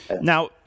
now